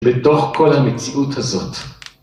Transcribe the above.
בתוך כל המציאות הזאת.